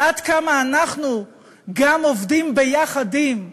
עד כמה אנחנו גם עובדים ביחד עם,